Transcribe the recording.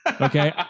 Okay